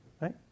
right